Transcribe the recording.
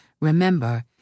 Remember